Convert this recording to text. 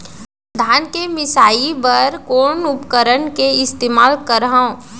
धान के मिसाई बर कोन उपकरण के इस्तेमाल करहव?